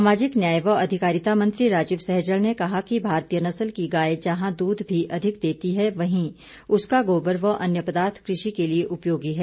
सामाजिक न्याय व अधिकारिता मंत्री राजीव सहजल ने कहा कि भारतीय नस्ल की गाय जहां दूध भी अधिक देती है वहीं उसका गोबर व अन्य पदार्थ कृषि के लिए उपयोगी है